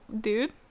dude